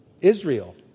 Israel